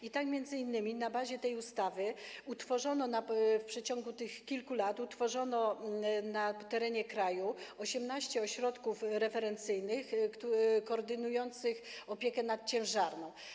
I tak m.in. na podstawie tej ustawy w przeciągu tych kilku lat utworzono na terenie kraju 18 ośrodków referencyjnych koordynujących opiekę nad ciężarną.